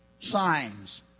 signs